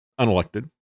unelected